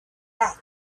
back